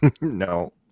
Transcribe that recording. No